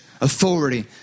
authority